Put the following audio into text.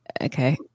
okay